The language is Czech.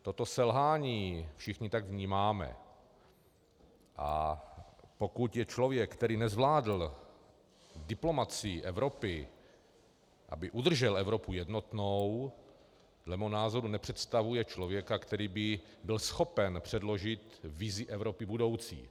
Toto selhání všichni tak vnímáme, a pokud je to člověk, který nezvládl diplomacii Evropy tak, aby udržel Evropu jednotnou, dle mého názoru nepředstavuje člověka, který by byl schopen předložit vizi Evropy budoucí.